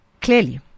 Clearly